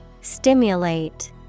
Stimulate